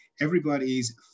everybody's